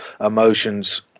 emotions